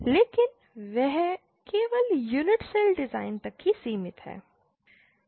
लेकिन यह केवल यूनिट सेल डिज़ाइन तक ही सीमित है